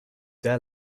their